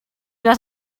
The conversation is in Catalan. vas